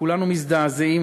כולנו מזדעזעים,